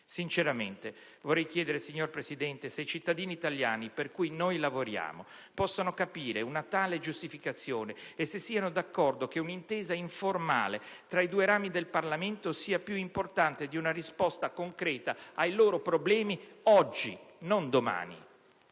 Sinceramente, mi domando se i cittadini italiani, per cui noi lavoriamo, siano in grado di capire una tale giustificazione e se siano d'accordo sul fatto che un'intesa informale tra i due rami del Parlamento sia più importante di una risposta concreta ai loro problemi oggi, non domani.